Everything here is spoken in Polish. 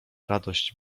radość